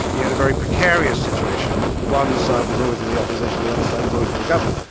you had a very precarious situation. one side was always in the opposition, the other side was always in the government.